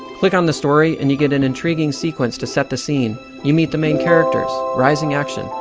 click on the story and you get an intriguing sequence to set the scene. you meet the main characters, rising action,